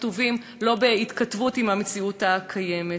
כתובים לא בהתכתבות עם המציאות הקיימת.